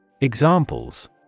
Examples